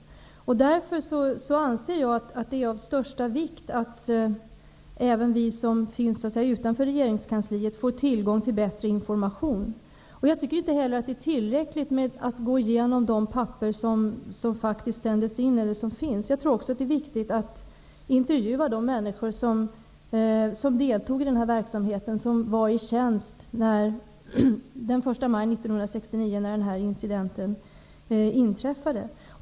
Jag anser därför att det är av största vikt att även vi som finns utanför regeringskansliet får tillgång till bättre information. Jag tycker inte heller att det är tillräckligt att gå igenom de papper som faktiskt sändes in och som finns tillgängliga. Jag tror också att det är viktigt att intervjua de människor som deltog i denna verksamhet -- de som var i tjänst den 1 maj 1969 när den här incidenten inträffade.